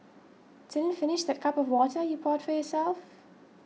didn't finish that cup of water you poured yourself